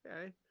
okay